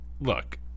Look